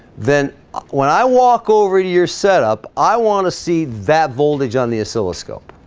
then when i walk over to your setup. i want to see that voltage on the oscilloscope